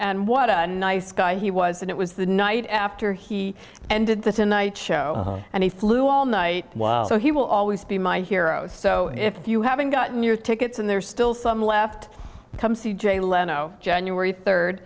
and what a nice guy he was and it was the night after he and did this in night show and he flew all night so he will always be my hero so if you haven't gotten your tickets and there's still some left come see jay leno january third